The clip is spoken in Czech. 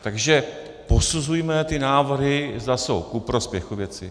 Takže posuzujme ty návrhy, zda jsou ku prospěchu věci.